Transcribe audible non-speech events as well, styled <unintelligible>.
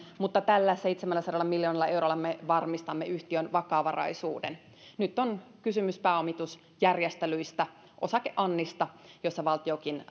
mutta tällä seitsemälläsadalla miljoonalla eurolla me varmistamme yhtiön vakavaraisuuden nyt on kysymys pääomitusjärjestelyistä osakeannista jossa valtiokin <unintelligible>